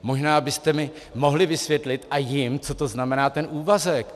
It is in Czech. Možná byste mi mohli vysvětlit, a jim, co to znamená úvazek.